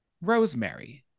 Rosemary